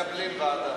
מקבלים ועדה.